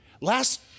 Last